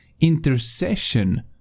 intercession